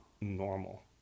normal